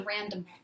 random